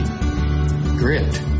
grit